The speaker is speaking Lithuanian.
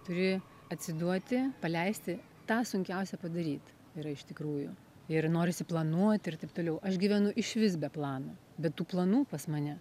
turi atsiduoti paleisti tą sunkiausia padaryt yra iš tikrųjų ir norisi planuoti ir taip toliau aš gyvenu išvis be plano bet tų planų pas mane